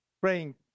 praying